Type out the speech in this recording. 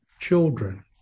children